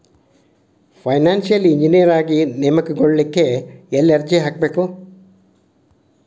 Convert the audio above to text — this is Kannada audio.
ಫೈನಾನ್ಸಿಯಲ್ ಇಂಜಿನಿಯರ ಆಗಿ ನೇಮಕಗೊಳ್ಳಿಕ್ಕೆ ಯೆಲ್ಲಿ ಅರ್ಜಿಹಾಕ್ಬೇಕು?